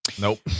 Nope